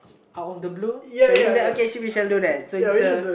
out of the blue shall we do that okay we shall do that